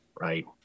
right